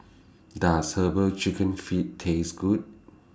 Does Herbal Chicken Feet Taste Good